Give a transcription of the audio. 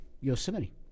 Yosemite